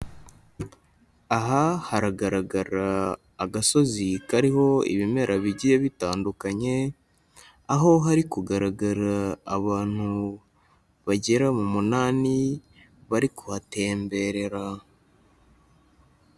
Aha haragaragara agasozi kariho ibimera bigiye bitandukanye, aho hari kugaragara abantu bagera mu munani bari kuhatemberera.